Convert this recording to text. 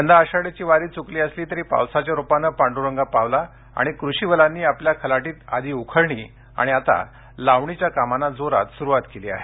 यंदा आषाढीची वारी च्रकली असली तरी पावसाच्या रूपानं पांड्रंग पावला आणि कृषीवलांनी आपल्या खलाटीत आधी उखळणी आणि आता लावणीच्या कामांना जोरात सुरूवात केली आहे